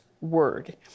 word